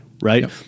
right